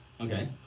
Okay